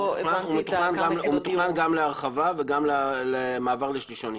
הוא מתוכנן גם להרחבה וגם מעבר לשלישוני.